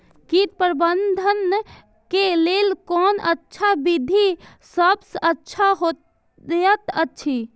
कीट प्रबंधन के लेल कोन अच्छा विधि सबसँ अच्छा होयत अछि?